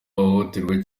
bahohoterwa